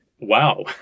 wow